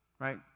Right